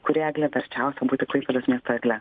kuri eglė verčiausia būti klaipėdos miesto egle